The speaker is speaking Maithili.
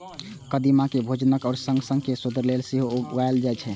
कदीमा कें भोजनक संग संग सौंदर्य लेल सेहो उगायल जाए छै